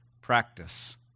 practice